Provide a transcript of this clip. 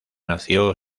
nació